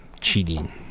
cheating